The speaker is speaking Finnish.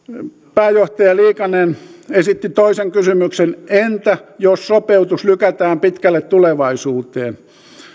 pääjohtaja liikanen esitti toisen kysymyksen entä jos sopeutus lykätään pitkälle tulevaisuuteen